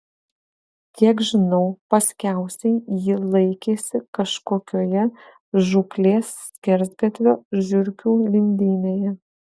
kiek žinau paskiausiai ji laikėsi kažkokioje žūklės skersgatvio žiurkių lindynėje